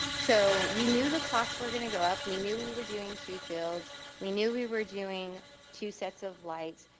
so we knew the costs were gonna go up. we knew we were doing two fields we knew we were doing two sets of lights.